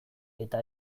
eta